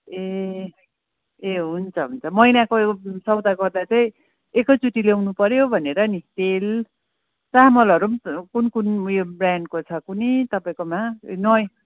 ए ए हुन्छ हुन्छ महिनाको सौदा गर्दा चाहिँ एकैचोटि ल्याउनुपऱ्यो भनेर नि तेल चामलहरू पनि कुन कुन उयो ब्रान्डको छ कुनि तपाईँकोमा नयाँ